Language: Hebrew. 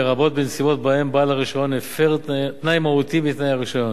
לרבות בנסיבות שבהן בעל הרשיון הפר תנאי מהותי מתנאי הרשיון,